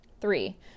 Three